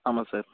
ஆமாம் சார்